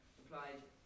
replied